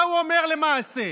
מה הוא אומר למעשה?